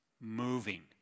moving